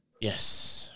Yes